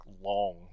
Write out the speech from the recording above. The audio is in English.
long